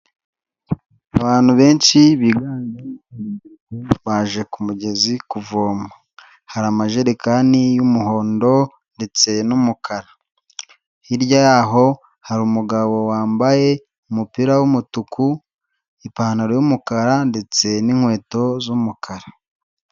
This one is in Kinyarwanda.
Abantu benshi baje k'umugezi kuvoma hari amajerekani y'umuhondo ndetse n'umukara hirya yaho hari umugabo wambaye umupira w'umutuku, ipantaro y'umukara ndetse n'inkweto z'umukara.